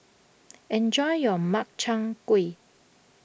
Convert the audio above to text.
enjoy your Makchang Gui